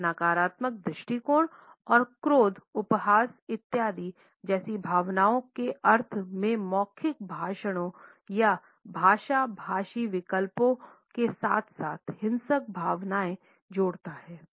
यह नकारात्मक दृष्टिकोण और क्रोध उपहास इत्यादि जैसी भावनाओं के अर्थ में मौखिक भाषाओं या भाषा भाषी विकल्पों के साथ साथ हिंसक भावनाएँ जोड़ता है